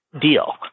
deal